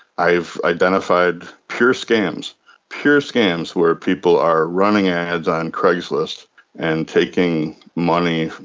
i've identified pure scams pure scams where people are running ads on craigslist and taking money,